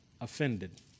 offended